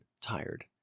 tired